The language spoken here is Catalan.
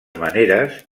maneres